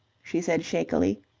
she said shakily,